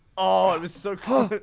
oh, it was so close!